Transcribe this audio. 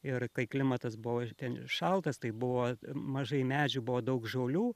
ir kai klimatas buvo itin šaltas tai buvo mažai medžių buvo daug žolių